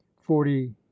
forty